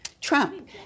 Trump